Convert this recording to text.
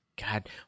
God